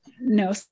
no